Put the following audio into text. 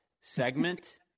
segment